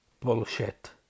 Bullshit